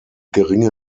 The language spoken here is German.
geringe